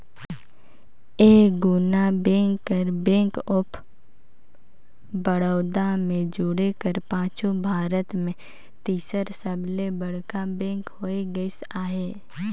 ए दुना बेंक कर bank of Baroda में जुटे कर पाछू भारत में तीसर सबले बड़खा बेंक होए गइस अहे